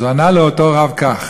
אז הוא ענה לאותו רב כך: